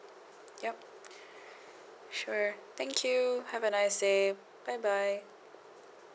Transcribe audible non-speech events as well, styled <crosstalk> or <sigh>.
yup <breath> sure thank you have a nice day bye bye